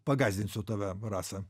pagąsdinsiu tave rasa